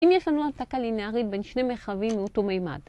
אם יש לנו השקה לינארית בין שני מרחבים מאותו ממד.